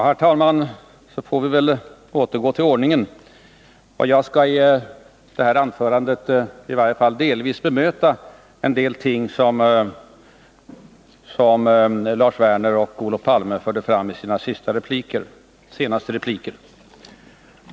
Herr talman! Så får vi väl återgå till ordningen. Men jag skall i mitt anförande, i varje fall delvis, bemöta en del ting som Lars Werner och Olof Palme förde fram i sina senaste repliker.